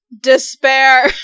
Despair